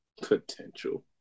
Potential